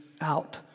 out